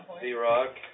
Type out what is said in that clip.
Z-Rock